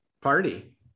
party